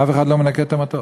אף אחד לא מנקה את המטוס.